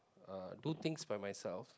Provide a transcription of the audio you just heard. do things by myself